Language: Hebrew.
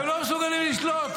אתם לא מסוגלים לשלוט?